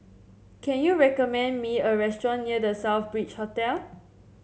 can you recommend me a restaurant near The Southbridge Hotel